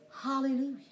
Hallelujah